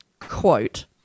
quote